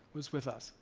was with us,